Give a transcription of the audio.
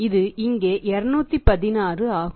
இது இங்கே 216 ஆகும்